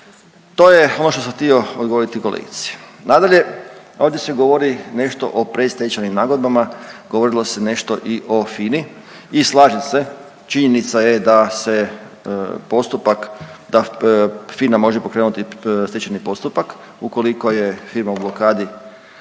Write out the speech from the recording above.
To je ono što sam htio odgovoriti kolegici. Nadalje, ovdje se govori nešto o predstečajnim nagodbama, govorilo se nešto i o FINA-i i slažem se, činjenica je da se postupak, da FINA može pokrenuti stečajni postupak ukoliko je firma u blokadi